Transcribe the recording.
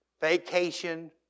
Vacation